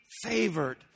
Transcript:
favored